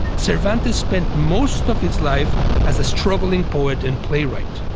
cervantes spent most of his life as a struggling poet and playwright.